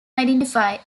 identify